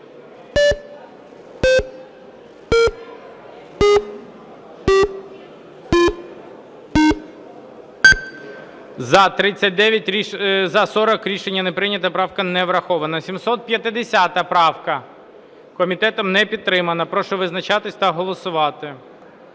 За-40 Рішення не прийнято. Правка не врахована. 750 правка. Комітетом не підтримана. Прошу визначатись та голосувати.